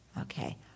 Okay